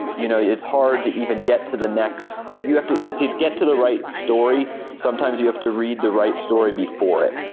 you know you it's hard to even get to the next you have to get get to the right story. sometimes you have to read the right story before it.